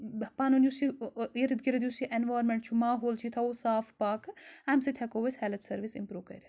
پَنُن یُس یہِ اِرٕد گِرٕد یُس یہِ اؠنوارمٮ۪نٹ چھُ ماحول چھِ یہِ تھاوَو صاف پاکہٕ اَمۍ سۭتۍ ہٮ۪کو أسۍ ہؠلٕتھ سٔروِس اِمپرٛوٗ کٔرِتھ